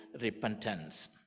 repentance